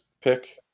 pick